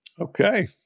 Okay